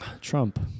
Trump